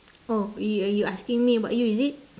oh you you you asking me about you is it